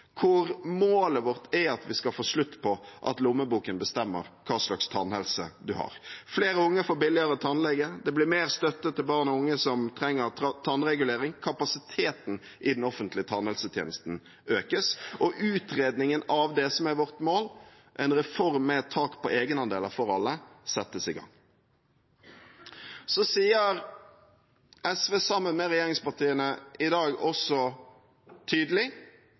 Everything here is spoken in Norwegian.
hvor målet vårt er at vi skal få slutt på at lommeboken bestemmer hva slags tannhelse man har. Flere unge får billigere tannlege, det blir mer støtte til barn og unge som trenger tannregulering, kapasiteten i den offentlige tannhelsetjenesten økes, og utredningen av det som er vårt mål, en reform med et tak på egenandeler for alle, settes i gang. SV sier, sammen med regjeringspartiene, i dag også tydelig